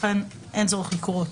ולכן אין צורך לקרוא.